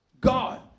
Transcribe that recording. god